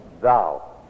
thou